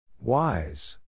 Wise